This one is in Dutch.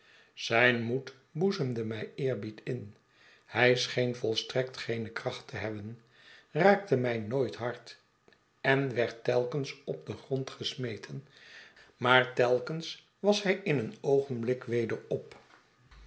zijn moed boezemde mij eerbied in hij scheen volstrekt geene kracht te hebben raakte mij nooit hard en werd telkens op den grond gesmeten maar telkens was hij in een oogenblik m groote verwachtwgen weder op